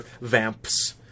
vamps